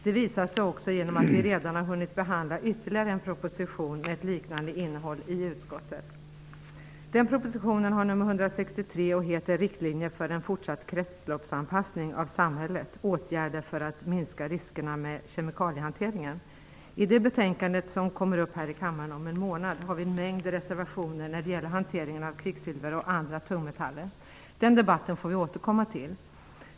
Det visar sig också genom att vi i utskottet redan har hunnit behandla ytterligare en proposition med ett liknande innehåll. Den propositionen har nummer 163 och heter Riktlinjer för en fortsatt kretsloppsanpassning av samhället -- åtgärder för att minska riskerna med kemikaliehanteringen. I det betänkandet som kommer upp här i kammaren om en månad har vi en mängd reservationer när det gäller hanteringen av kvicksilver och andra tungmetaller. Den debatten får vi återkomma till.